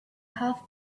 half